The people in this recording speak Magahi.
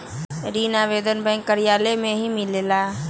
ऋण आवेदन बैंक कार्यालय मे ही मिलेला?